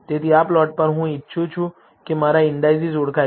તેથી આ પ્લોટ પર હું ઇચ્છું છું કે મારા ઈન્ડાઈસિસ ઓળખાય